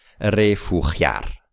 Refugiar